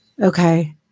Okay